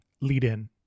lead-in